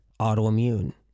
autoimmune